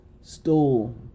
stole